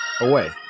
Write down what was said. away